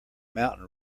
mountain